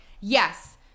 Yes